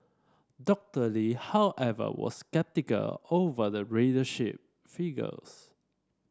Doctor Lee however was sceptical over the ridership figures